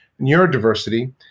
neurodiversity